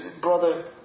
brother